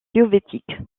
soviétique